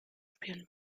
spielen